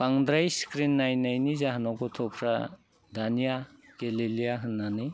बांद्राय स्क्रिन नायनायनि जाहोनाव गथ'फ्रा दानिया गेलेलिया होननानै